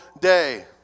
day